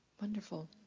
Wonderful